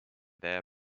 their